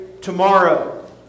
tomorrow